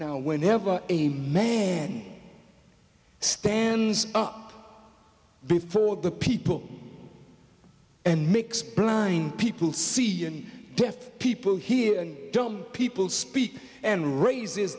now whenever a man stands up before the people and makes blind people see death people here don't people speak and raises